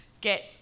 get